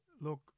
Look